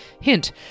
Hint